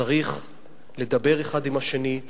צריך לדבר האחד עם השני,